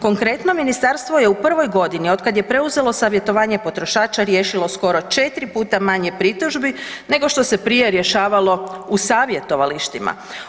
Konkretno, ministarstvo je u prvoj godini otkad je preuzelo savjetovanje potrošača, riješilo skoro 4 puta manje pritužbi nego što se prije rješavalo u savjetovalištima.